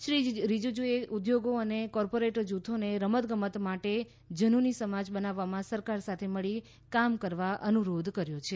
શ્રી રીજ્જીજુએ ઉદ્યોગો અને કોર્પોરેટ જૂથોને રમત ગમત માટે ઝનુની સમાજ બનાવવામાં સરકાર સાથે મળી કામ કરવા અનુરોધ કર્યો છે